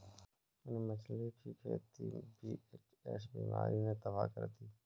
मेरी मछली की खेती वी.एच.एस बीमारी ने तबाह कर दी